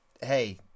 hey